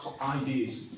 ideas